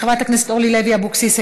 חברת הכנסת אורלי לוי אבקסיס,